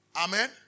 Amen